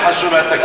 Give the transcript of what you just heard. יותר חשוב מהתקציב.